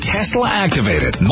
Tesla-activated